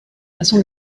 façon